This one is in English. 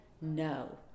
No